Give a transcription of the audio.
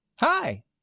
Hi